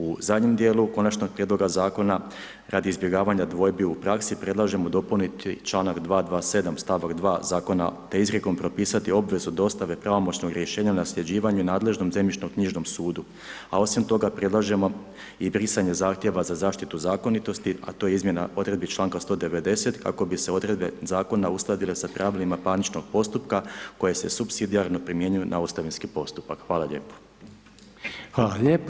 U zadnjem djelu konačnog prijedloga zakona radi izbjegavanja dvojbi u praksi, predlažemo dopuniti članak 227. stavak 1. zakona te izrijekom propisati obvezu dostave pravomoćnog rješenja o nasljeđivanju nadležnom zemljišno-knjižnom sudu a osim toga predlažemo i brisanje zahtjeva za zaštitu zakonitosti a to je izmjena odredbi članka 190. kako bi se odredbe zakona uskladile sa pravilima parničnog postupka koje se supsidijarno primjenjuju na ostavinski postupak. hvala lijepo.